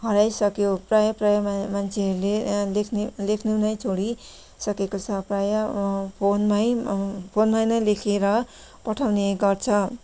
हराइसक्यो प्राय प्राय मान्छेहरूले लेख्ने लेख्नु नै छोडिसकेको छ प्राय फोनमै फोनमा नै लेखेर पठाउँने गर्छ